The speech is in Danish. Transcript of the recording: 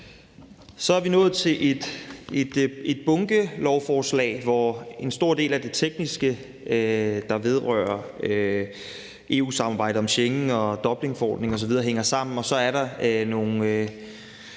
Så er vi nået til et bunkelovforslag, hvor en stor del af det tekniske, der vedrører EU-samarbejdet om Schengen, Dublinforordningen osv., hænger sammen, og så er der nogle